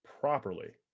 properly